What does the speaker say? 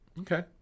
Okay